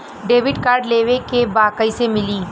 Debit card लेवे के बा कईसे मिली?